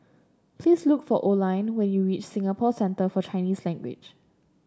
please look for Oline when you reach Singapore Centre For Chinese Language